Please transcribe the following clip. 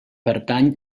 pertany